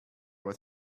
what